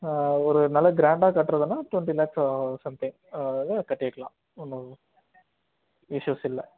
ஒரு நல்ல கிராண்டாக கட்டுறதுன்னா டொண்ட்டி லேக்ஸ் ஆவு சம்திங் அதாவது கட்டிடலாம் ஒன்றும் இஸ்யூஸ் இல்லை